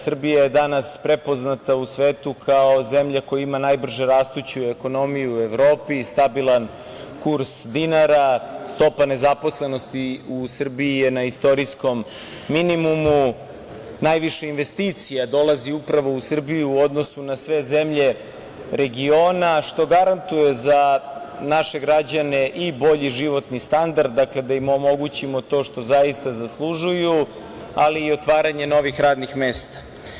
Srbija je danas prepoznata u svetu kao zemlja koja ima najbrže rastuću ekonomiju u Evropi, stabilan kurs dinara, stopa nezaposlenosti u Srbiji je na istorijskom minimumu, najviše investicija dolazi upravo u Srbiju u odnosu na sve zemlje regiona, što garantuje za naše građane i bolji životni standard, dakle, da im omogućimo to što zaista zaslužuju, ali i otvaranje novih radnih mesta.